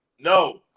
No